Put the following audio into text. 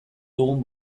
dugun